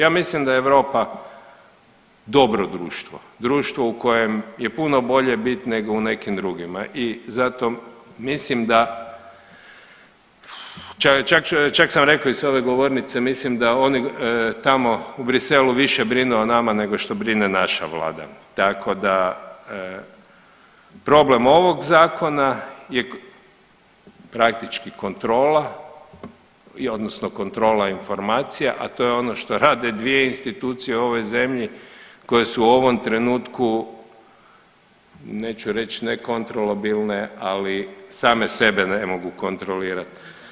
Ja mislim da je Europa dobro društvo, društvo u kojem je puno bolje bit nego u nekim drugima i zato mislim da čak sam rekao i s ove govornice mislim da oni tamo u Briselu više brinu o nama nego što brine naša vlada, tako da problem ovog zakona je praktički kontrola i odnosno kontrola informacija, a to je ono što rade dvije institucije u ovoj zemlji koje su u ovom trenutku neću reć nekotrolobilne, ali same sebe ne mogu kontrolirat.